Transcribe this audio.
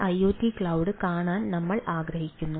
IoT cloud കാണാൻ നമ്മൾ ആഗ്രഹിക്കുന്നു